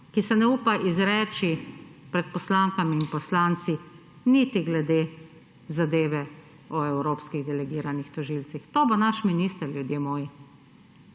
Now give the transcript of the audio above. ki se ne upa izreči pred poslankami in poslanci niti glede zadeve o evropskih delegiranih tožilcih. To bo naš minister, ljudje moji.